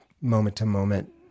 moment-to-moment